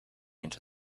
into